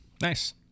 nice